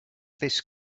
this